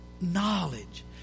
Knowledge